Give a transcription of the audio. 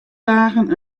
dagen